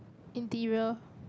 interior